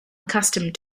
accustomed